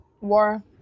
War